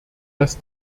dass